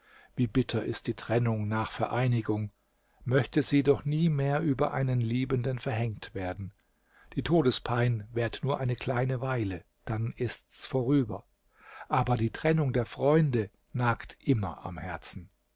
wie bitter ist trennung nach vereinigung möchte sie doch nie mehr über einen liebenden verhängt werden die todespein währt nur eine kleine weile dann ist's vorüber aber die trennung der freunde nagt immer am herzen